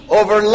over